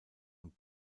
und